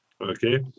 Okay